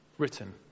written